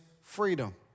freedom